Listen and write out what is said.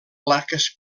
plaques